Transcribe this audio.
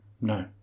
No